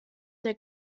der